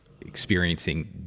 experiencing